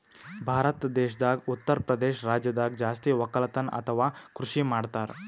ಭಾರತ್ ದೇಶದಾಗ್ ಉತ್ತರಪ್ರದೇಶ್ ರಾಜ್ಯದಾಗ್ ಜಾಸ್ತಿ ವಕ್ಕಲತನ್ ಅಥವಾ ಕೃಷಿ ಮಾಡ್ತರ್